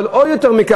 אבל עוד יותר מכך,